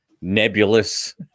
nebulous